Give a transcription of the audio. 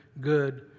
good